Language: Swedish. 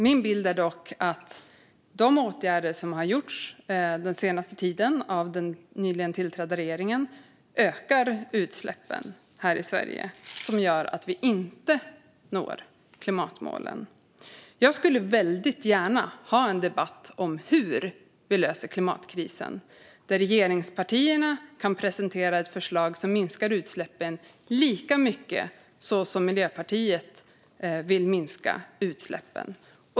Min bild är dock att de åtgärder som har vidtagits den senaste tiden av den nyligen tillträdda regeringen ökar utsläppen här i Sverige, vilket gör att vi inte når klimatmålen. Jag skulle väldigt gärna ha en debatt om hur vi löser klimatkrisen där regeringspartierna kan presentera ett förslag som minskar utsläppen lika mycket som Miljöpartiet vill minska utsläppen.